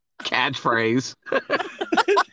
Catchphrase